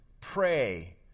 Pray